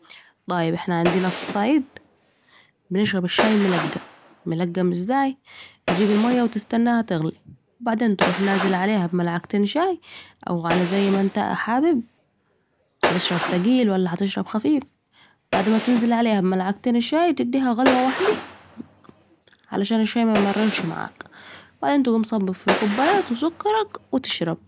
طايب إحنا عندنا في بنشرب الشاي ملقم...ملقم ازاي تجيب الميه وتستناها تغلي بعدين تروح نازل عليها بملعقتين شاي أو على زي ما أنت حابب هتشرب تقيل ولا هتشربه خفيف ،بعد ما تنزل عليها ملعقتين الشاي تديها غلوه وحده علشان الشاي ميمررش معاك بعدين تقوم صابب في الكوبيات و سكرك وتشرب